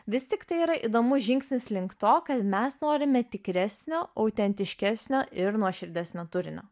vis tiktai yra įdomus žingsnis link to kad mes norime tikresnio autentiškesnio ir nuoširdesnio turinio